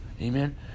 Amen